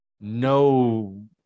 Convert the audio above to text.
no